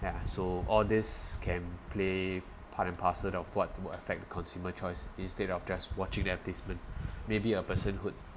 ya so all this can play part and parcel of what to affect consumer choice instead of just watching the advertisement maybe a person would